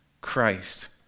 Christ